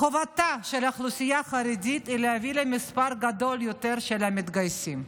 "חובתה של האוכלוסייה החרדית היא להביא למספר גדול יותר של מתגייסים".